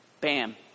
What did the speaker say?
Bam